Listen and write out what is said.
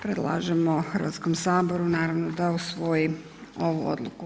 Predlažemo Hrvatskom saboru naravno da usvoji ovu odluku.